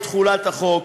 את תחולת החוק,